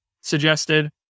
suggested